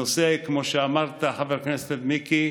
כמו שאמרת, חבר הכנסת מיקי,